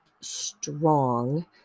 strong